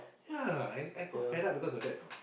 ya I I got fed up because of that you know